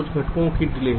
कुछ घटकों की डिले